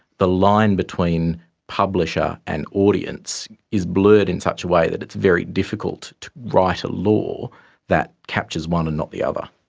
the line between publisher and audience is blurred in such a way that it's very difficult to write a law that captures one and not the other.